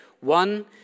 One